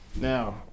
Now